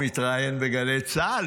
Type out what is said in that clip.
מתראיין בגלי צה"ל,